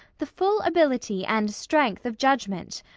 the full ability, and strength of judgement.